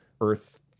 earth